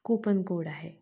coupon code आहे